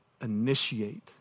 initiate